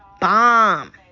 bomb